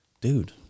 dude